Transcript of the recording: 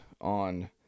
on